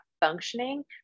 functioning